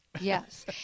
Yes